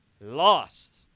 lost